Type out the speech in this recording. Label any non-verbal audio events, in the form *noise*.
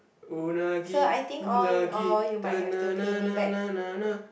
unagi *noise*